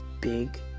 big